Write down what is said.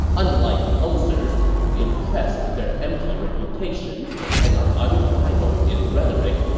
unlike posers who impress with their empty reputations and are unrivaled in rhetoric,